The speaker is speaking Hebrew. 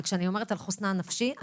כשאני מדברת על חוסנה הנפשי,